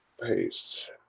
Paste